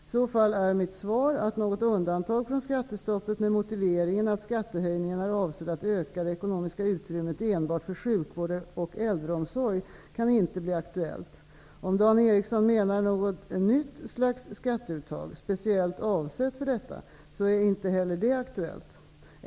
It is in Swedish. I så fall är mitt svar att något undantag från skattestoppet med motiveringen att skattehöjningen är avsedd att öka det ekonomiska utrymmet enbart för sjukvård och äldreomsorg inte kan bli aktuellt. Om Dan Ericsson menar något nytt skatteuttag, speciellt avsett för detta, så är inte heller detta aktuellt.